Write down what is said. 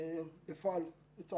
בפועל, הוצא